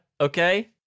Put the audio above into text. okay